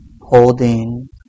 holding